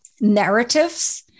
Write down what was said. narratives